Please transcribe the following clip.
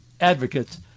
advocates